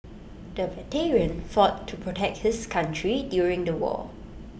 the veteran fought to protect his country during the war